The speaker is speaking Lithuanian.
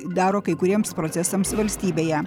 daro kai kuriems procesams valstybėje